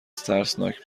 ترسناک